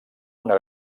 una